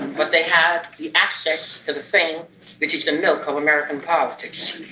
but they had the access to the thing which is the milk of american politics,